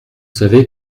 savez